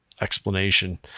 explanation